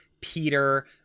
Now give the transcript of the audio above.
Peter